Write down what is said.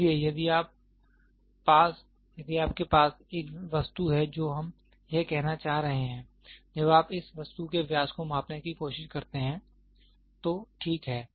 इसलिए यदि आप पास एक वस्तु है तो हम यह कहना चाह रहे हैं जब आप इस वस्तु के व्यास को मापने की कोशिश करते हैं तो ठीक है